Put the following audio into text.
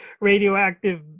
radioactive